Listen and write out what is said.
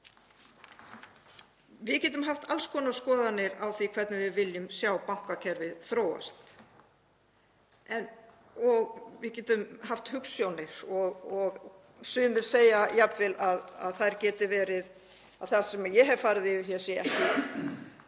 Við getum haft alls konar skoðanir á því hvernig við viljum sjá bankakerfið þróast og við getum haft hugsjónir og sumir segja jafnvel að það sem ég hef farið yfir hér sé ekki